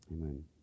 Amen